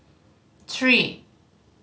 three